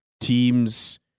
teams